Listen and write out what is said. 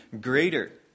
greater